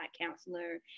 counselor